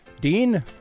Dean